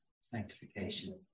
Sanctification